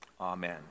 Amen